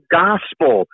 gospel